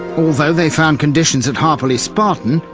although they found conditions at harperley spartan,